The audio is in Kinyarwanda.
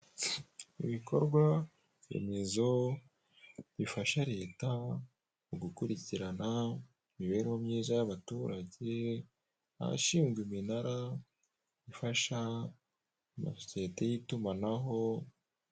Ibikorwaremezo bifasha leta mu gukurikirana imibereho myiza y'abaturage, abashinzwe iminara, ifasha amasosiyete y'itumanaho.